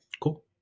Cool